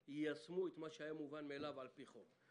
שיישמו את מה שהיה מובן מאליו על פי חוק.